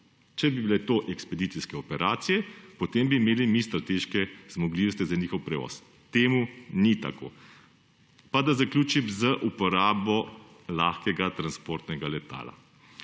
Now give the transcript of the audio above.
Če bi bile to ekspedicijske operacije, potem bi imeli mi strateške zmogljivosti za njihov prevoz. To ni tako. Pa da zaključim z uporabo lahkega transportnega letala.